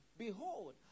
Behold